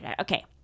okay